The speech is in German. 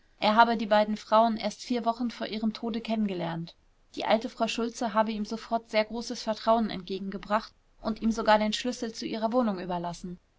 er habe die beiden frauen erst vier wochen vor ihrem tode kennengelernt die alte frau schultze habe ihm sofort sehr großes vertrauen entgegengebracht und ihm sogar die schlüssel zu ihrer wohnung überlassen